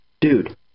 dude